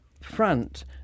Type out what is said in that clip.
front